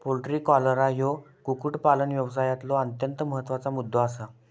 poultry cholera ह्यो कुक्कुटपालन व्यवसायातलो अत्यंत महत्त्वाचा मुद्दो आसा